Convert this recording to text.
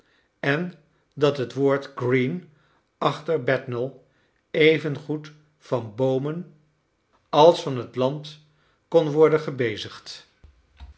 en dat het woord green achter bethnal evengoed van boomen als van het land kon worden gebezigd